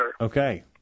Okay